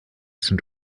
sind